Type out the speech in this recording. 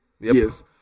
Yes